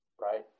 right